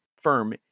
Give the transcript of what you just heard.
firm